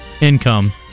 income